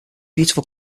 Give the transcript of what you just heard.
beautiful